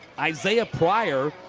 isiah pryor,